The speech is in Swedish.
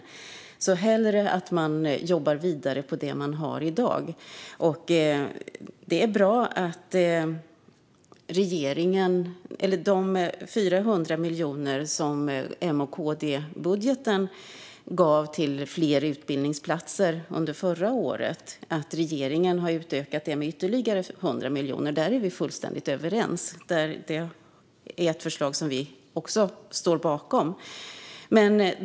Vi ser hellre att man jobbar vidare på det som finns i dag. Det är bra att regeringen har utökat med ytterligare 100 miljoner till de 400 miljoner som M-KD-budgeten gav till fler utbildningsplatser under förra året. Där är vi fullständigt överens. Det är ett förslag som vi också står bakom.